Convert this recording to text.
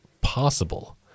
possible